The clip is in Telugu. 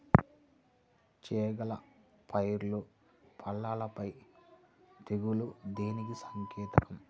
చేగల పైరులో పల్లాపై తెగులు దేనికి సంకేతం?